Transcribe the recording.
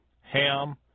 Ham